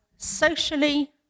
socially